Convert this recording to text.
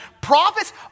Prophets